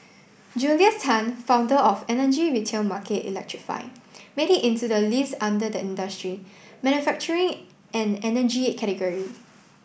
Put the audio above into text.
Julius Tan founder of energy retail market electrify made it into the list under the industry manufacturing and energy category